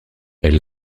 elle